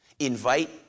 Invite